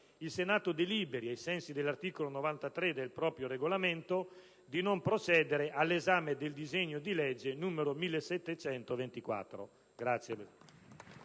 il Senato deliberi, ai sensi dell'articolo 93 del proprio Regolamento, di non procedere all'esame del disegno di legge n. 1724.